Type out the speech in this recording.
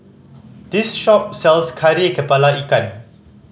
this shop sells Kari Kepala Ikan